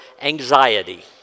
anxiety